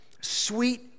sweet